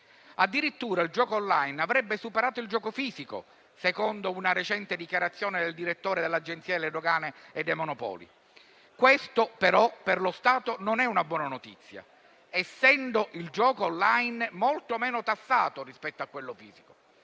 Addirittura il gioco *online* avrebbe superato il gioco fisico, secondo una recente dichiarazione del direttore dell'Agenzia delle dogane e dei monopoli. Questa però per lo Stato non è una buona notizia, essendo il gioco *online* molto meno tassato rispetto a quello fisico.